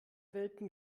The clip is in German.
welpen